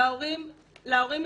להורים,